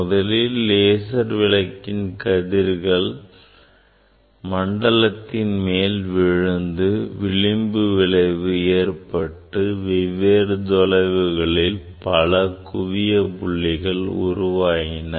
முதலில் லேசர் விளக்கினை கதிர்கள் மண்டலத்தின் மேல் விழுந்து விளிம்பு விளைவு ஏற்பட்டு வெவ்வேறு தொலைவுகளில் பல குவிய புள்ளிகள் உருவாயின